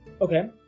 okay